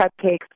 cupcakes